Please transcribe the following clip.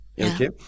okay